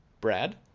Brad